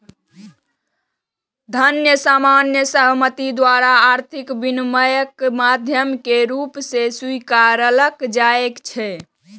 धन सामान्य सहमति द्वारा आर्थिक विनिमयक माध्यम के रूप मे स्वीकारल जाइ छै